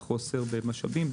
החוסר במשאבים,